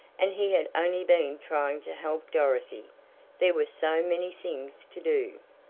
and he had only been trying to help dorothy there were so many things to do.